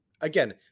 again